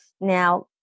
now